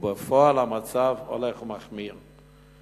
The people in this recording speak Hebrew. ובפועל המצב הולך ומחמיר.